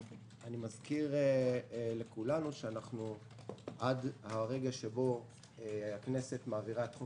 אני מזכיר לכולנו שעד הרגע שבו הכנסת מעבירה את חוק